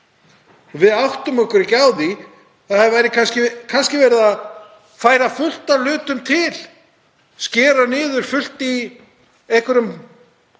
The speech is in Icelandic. Við áttum okkur ekki á því að kannski er verið að færa fullt af hlutum til, skera niður fullt í einhverjum hlutum